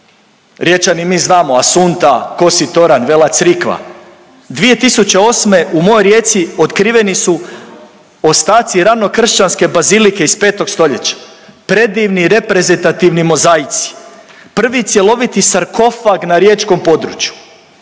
Riječani mi znamo, Assunta kosi toranj, Vela Crikva, 2008. u mojoj Rijeci otkriveni su ostaci ranokršćanske bazilike iz 5. stoljeća. Predivni, reprezentativni mozaici, prvi cjeloviti sarkofag na riječkom području